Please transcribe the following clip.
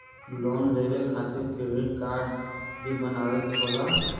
Loan लेवे खातिर credit काडे भी बनवावे के होला?